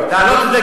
להעלות את הגיל.